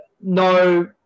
no